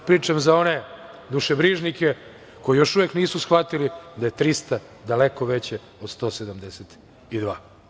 Pričam za one dušebrižnike koji još uvek nisu shvatili da je 300 daleko veće od 172.